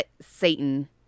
Satan